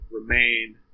remain